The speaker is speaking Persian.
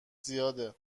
زیاده